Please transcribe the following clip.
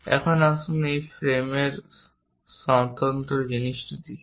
এখন আসুন সেই ফ্রেমের স্বতন্ত্র জিনিসটি দেখি